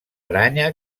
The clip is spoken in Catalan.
aranya